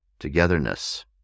togetherness